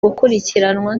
gukurikiranwa